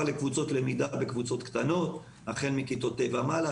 לקבוצות למידה בקבוצות קטנות החל מכיתות ה' ומעלה,